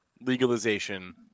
legalization